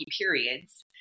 periods